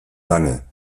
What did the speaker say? lange